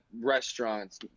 restaurants